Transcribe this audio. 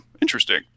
Interesting